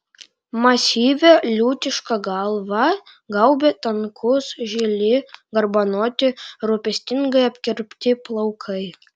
masyvią liūtišką galva gaubė tankūs žili garbanoti rūpestingai apkirpti plaukai